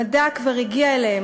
המדע כבר הגיע אליהם,